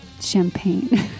champagne